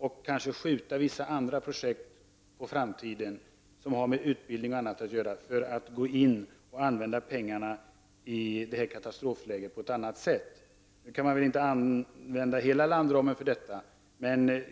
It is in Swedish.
det här är fråga om. Vissa andra projekt som har med t.ex. utbildning att göra får kanske skjutas på framtiden. I stället måste pengarna, med tanke på detta katastrofläge, användas på annat sätt. Hela landramen kan kanske inte utnyttjas för detta ändamål.